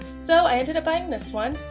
so i ended up buying this one.